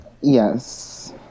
Yes